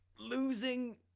losing